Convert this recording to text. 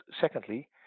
secondly